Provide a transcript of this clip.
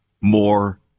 more